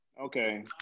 Okay